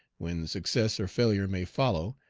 when success or failure may follow,